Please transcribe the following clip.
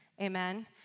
Amen